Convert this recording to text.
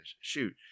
Shoot